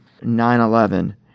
9-11